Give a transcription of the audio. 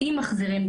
אם בכלל מחזירים.